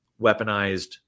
weaponized